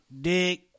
dick